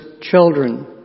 children